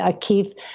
Keith